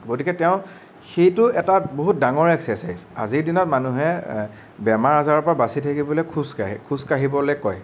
গতিকে তেওঁ সেইটো এটা বহুত ডাঙৰ এক্সাৰচাইজ আজিৰ দিনত মানুহে বেমাৰ আজাৰৰপৰা বাছি থাকিবলৈ খোজকাঢ়ে খোজকাঢ়িবলৈ কয়